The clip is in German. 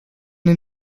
den